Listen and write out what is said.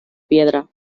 piedra